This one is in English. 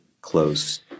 close